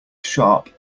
sharp